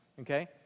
Okay